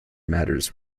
matters